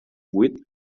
vuit